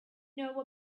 know